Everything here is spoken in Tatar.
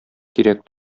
кирәк